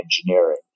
engineering